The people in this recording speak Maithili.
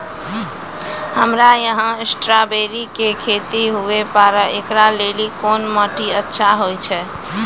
हमरा यहाँ स्ट्राबेरी के खेती हुए पारे, इकरा लेली कोन माटी अच्छा होय छै?